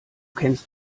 kennst